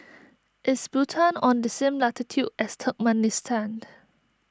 is Bhutan on the same latitude as Turkmenistan